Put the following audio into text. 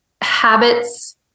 habits